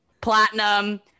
platinum